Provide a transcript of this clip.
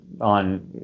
on